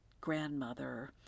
grandmother